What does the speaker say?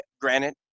granted